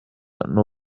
n’u